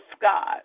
God